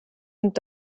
und